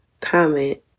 comment